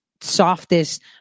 softest